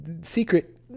secret